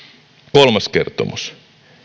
kolmas kertomus